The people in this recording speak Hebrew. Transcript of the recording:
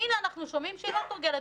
והינה אנחנו שומעים שהיא לא מתורגלת.